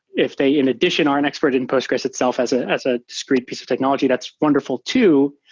if they in addition are in expert in postgres itself as ah as a discrete piece of technology, that's wonderful too,